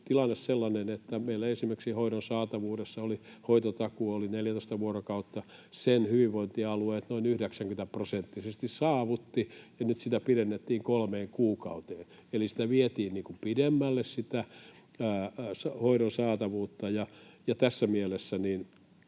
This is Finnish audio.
sellainen tilanne, että meillä esimerkiksi hoidon saatavuudessa hoitotakuu oli 14 vuorokautta. Sen hyvinvointialueet noin 90-prosenttisesti saavuttivat, ja nyt sitä pidennettiin kolmeen kuukauteen — eli vietiin pidemmälle sitä